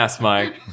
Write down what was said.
Mike